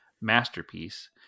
masterpiece